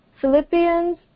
Philippians